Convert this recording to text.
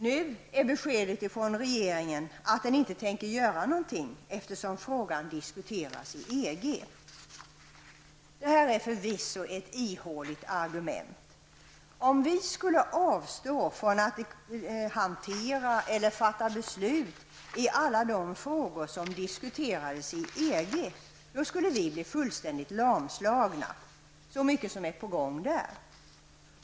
Nu är beskedet från regeringen att den inte tänker göra någonting, eftersom frågan diskuteras i EG. Detta är förvisso ett ihåligt argument. Om vi skulle avstå från att hantera eller fatta beslut i alla de frågor som diskuteras i EG, skulle vi bli fullständigt lamslagna -- så mycket som är på gång där.